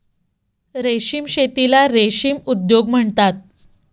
रेशीम शेतीला रेशीम उद्योग म्हणतात